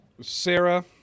Sarah